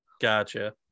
Gotcha